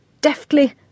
deftly